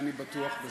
אני בטוח,